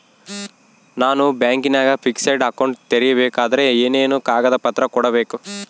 ನಾನು ಬ್ಯಾಂಕಿನಾಗ fixed account ತೆರಿಬೇಕಾದರೆ ಏನೇನು ಕಾಗದ ಪತ್ರ ಕೊಡ್ಬೇಕು?